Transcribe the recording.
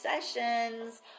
sessions